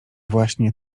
właśnie